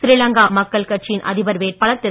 ஸ்ரீலங்கா மக்கள் கட்சியின் அதிபர் வேட்பாளர் திரு